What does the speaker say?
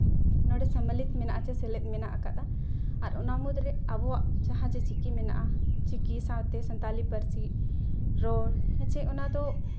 ᱱᱚᱰᱮ ᱥᱚᱢᱱᱤᱞᱤᱛ ᱢᱮᱱᱟᱜᱼᱟ ᱟᱪᱮ ᱥᱮᱞᱮᱫ ᱢᱮᱱᱟᱜ ᱟᱠᱟᱫᱟ ᱟᱨ ᱚᱱᱟ ᱢᱩᱫᱽᱨᱮ ᱟᱵᱚᱣᱟᱜ ᱡᱟᱦᱟᱸ ᱡᱮ ᱪᱤᱠᱤ ᱢᱮᱱᱟᱜᱼᱟ ᱪᱤᱠᱤ ᱥᱟᱶᱛᱮ ᱥᱟᱱᱛᱟᱞᱤ ᱯᱟᱹᱨᱥᱤ ᱨᱚᱲ ᱦᱮᱸᱪᱮ ᱚᱱᱟ ᱫᱚ